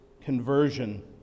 conversion